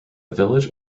village